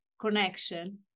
connection